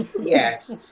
Yes